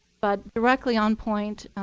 but directly on point,